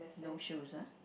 no shoes ah